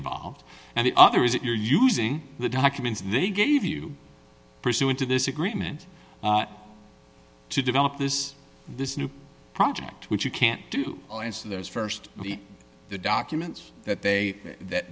involved and the other is that you're using the documents they gave you pursuant to this agreement to develop this this new project which you can't do those st the documents that they